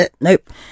Nope